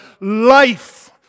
life